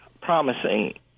promising